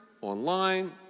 online